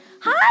Hi